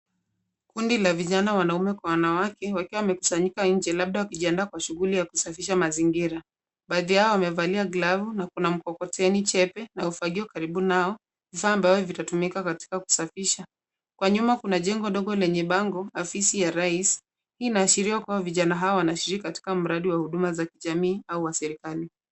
Kundi la vijana wanaume kwa wanawake, wakiwa wamekusanyika nje labda wakijiandaa kwa shughuli ya kusafisha mazingira. Baadhi yao wamevalia glavu na kuna mkokoteni chepe na ufagio karibu nao, vifaa ambavyo vitatumika katika kusafisha. Kwa nyuma kuna jengo ndogo lenye bango afisi ya rais. Hii inaashiria kuwa vijana hawa wanashiriki katika mradi wa huduma za kijamii au wa serikali